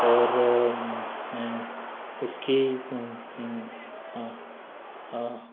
और उसकी हाँ हाँ